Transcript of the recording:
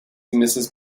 mrs